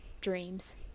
dreams